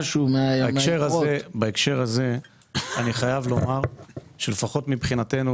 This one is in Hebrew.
בהקשר הזה אני חייב לומר שלפחות מבחינתנו,